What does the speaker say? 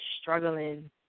struggling